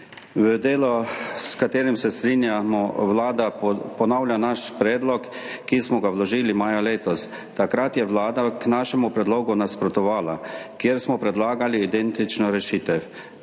V delu, s katerim se strinjamo, Vlada ponavlja naš predlog, ki smo ga vložili maja letos. Takrat je Vlada našemu predlogu, kjer smo predlagali identično rešitev,